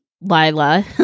Lila